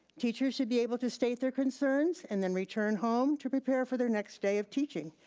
teachers should be able to state their concerns, and then return home to prepare for their next day of teaching,